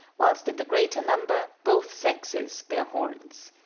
whilst in the greater number both sexes bear horns.